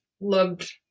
loved